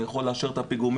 אני יכול לאשר את הפיגומים.